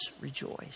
rejoice